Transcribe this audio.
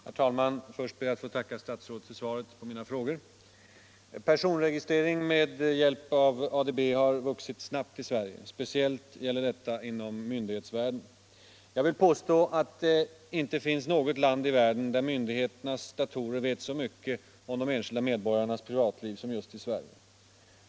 Herr talman! Först ber jag att få tacka statsrådet för svaret på mina frågor. Personregistrering med hjälp av ADB har vuxit snabbt i Sverige. Speciellt gäller detta inom myndighetsvärlden. Jag vill påstå att det inte finns något land i världen där myndigheternas datorer vet så mycket om de enskilda medborgarnas privatliv som just i Sverige.